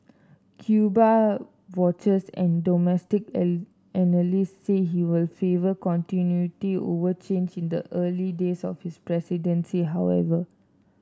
Cuba watchers and domestic analysts say he will favour continuity over change in the early days of his presidency however